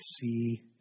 see